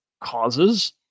causes